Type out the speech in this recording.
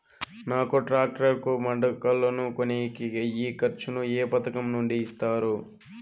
నాకు టాక్టర్ కు మడకలను కొనేకి అయ్యే ఖర్చు ను ఏ పథకం నుండి ఇస్తారు?